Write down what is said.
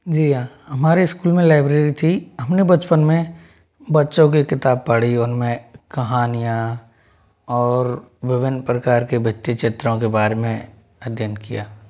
जी हाँ हमारे स्कूल में लाइब्रेरी थी हमने बचपन में बच्चों की किताब पढ़ी उनमें कहानियाँ और विभिन्न प्रकार के व्यक्ति चित्रों के बारे में अध्ययन किया